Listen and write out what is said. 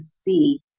see